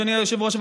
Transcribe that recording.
אדוני היושב-ראש,